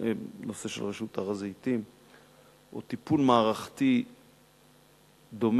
הנושא של רשות הר-הזיתים או טיפול מערכתי דומה.